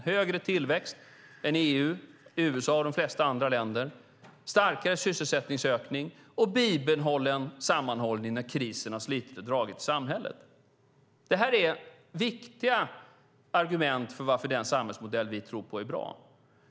Vi har högre tillväxt än EU, USA och de flesta andra länder och starkare sysselsättningsökning och bibehållen sammanhållning när krisen har slitit och dragit i samhället. Det här är viktiga argument för varför den samhällsmodell som vi tror på är bra.